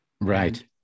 Right